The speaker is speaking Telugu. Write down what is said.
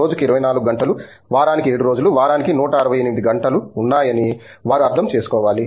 రోజుకు 24 గంటలు వారానికి 7 రోజులు వారానికి 168 గంటలు ఉన్నాయని వారు అర్థం చేసుకోవాలి